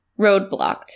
roadblocked